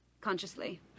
Consciously